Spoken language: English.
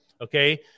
okay